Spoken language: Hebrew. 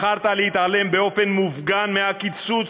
בחרת להתעלם באופן מופגן מהקיצוץ